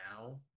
now